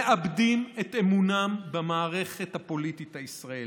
מאבדים את אמונם במערכת הפוליטית הישראלית,